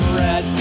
red